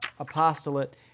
apostolate